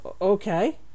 okay